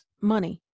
money